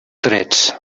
drets